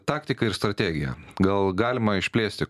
taktiką ir strategiją gal galima išplėsti